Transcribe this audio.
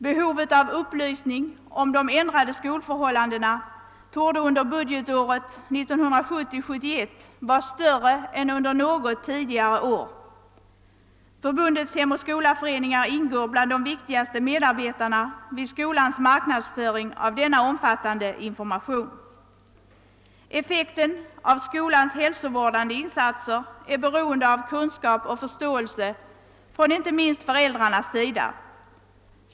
Behovet av upplysning om de ändrade skolförhållandena torde under budgetåret 1970/71 vara störe än under något tidigare år. Förbundets Hemoch Skola-föreningar ingår bland de viktigaste medarbetarna vid skolans marknadsföring av denna omfattande information. Effekten av skolans hälsovårdande insatser är beroende av kunskap och förståelse från inte minst föräldrarnas sida.